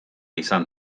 izan